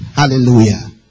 Hallelujah